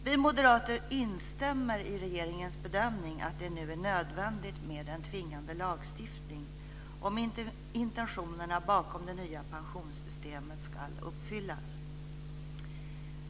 Vi moderater instämmer i regeringens bedömning att det nu är nödvändigt med en tvingande lagstiftning om intentionerna bakom det nya pensionssystemet ska uppfyllas.